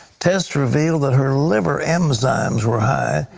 tests revealed that her liver enzymes were high,